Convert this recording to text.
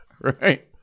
right